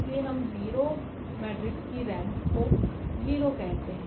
इसलिए हम 0 मेट्रिक्स की रेंक को 0 कहते हैं